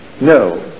No